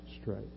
straight